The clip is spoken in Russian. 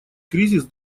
кризис